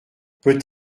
peut